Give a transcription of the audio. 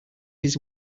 his